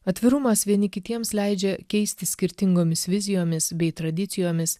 atvirumas vieni kitiems leidžia keistis skirtingomis vizijomis bei tradicijomis